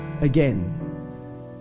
again